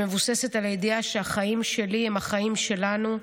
געגוע לתחושת הביטחון שמבוססת על הידיעה שהחיים שלי הם החיים שלנו,